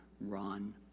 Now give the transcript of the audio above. run